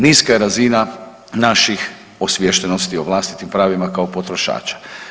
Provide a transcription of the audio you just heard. Niska je razina naših osviještenosti o vlastitim pravima kao potrošača.